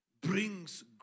brings